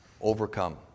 Overcome